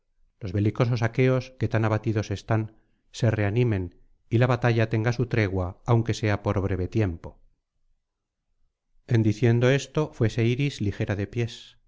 los belicosos aqueos que tan abatidos están se reanimen y la batalla tenga su tregua aunque sea por breve tiempo en diciendo esto fuese iris ligera de pies aquiles caro á